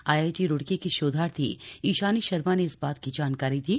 IIT Roorkee की शोधार्थी ईशानी शर्मा ने इस बात की जानकारी दी